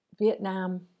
Vietnam